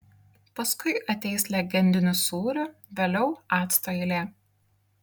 paskui ateis legendinių sūrių vėliau acto eilė